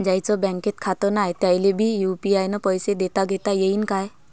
ज्याईचं बँकेत खातं नाय त्याईले बी यू.पी.आय न पैसे देताघेता येईन काय?